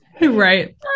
Right